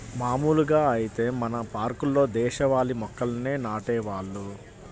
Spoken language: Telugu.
మాములుగా ఐతే మన పార్కుల్లో దేశవాళీ మొక్కల్నే నాటేవాళ్ళు